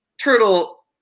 turtle